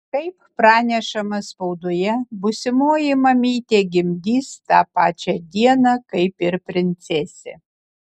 kaip pranešama spaudoje būsimoji mamytė gimdys tą pačią dieną kaip ir princesė